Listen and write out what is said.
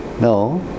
No